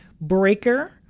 Breaker